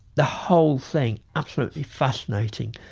the whole thing absolutely fascinating,